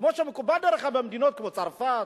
כמו שמקובל במדינות כמו צרפת,